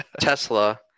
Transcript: Tesla